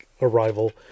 arrival